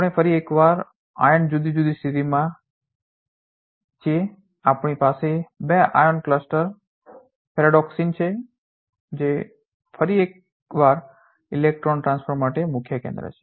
આપણે ફરી એકવાર આયર્ન જુદી જુદી સ્થિતિમાં છીએ આપણી પાસે બે આયર્ન ક્લસ્ટર cluster સમૂહ ફેરેડોક્સિન છે જે ફરી એકવાર ઇલેક્ટ્રોન ટ્રાન્સફર માટેનું મુખ્ય કેન્દ્ર છે